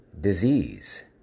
disease